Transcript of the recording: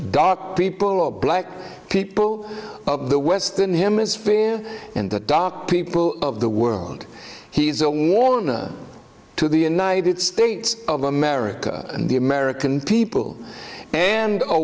dot people all black people of the western hemisphere and the doc people of the world he is a war to the united states of america and the american people and